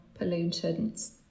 pollutants